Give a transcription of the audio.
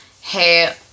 hey